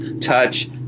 touch